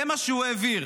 זה מה שהוא העביר.